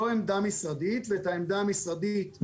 זו עמדה משרדית ואת העמדה המשרדית ---.